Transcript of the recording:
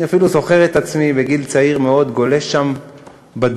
אני אפילו זוכר את עצמי בגיל צעיר מאוד גולש שם בדיונות.